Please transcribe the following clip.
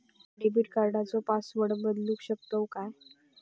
Debit कार्डचो password बदलु शकतव काय?